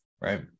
Right